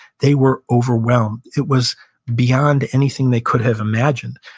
they were overwhelmed. it was beyond anything they could have imagined.